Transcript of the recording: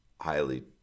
highly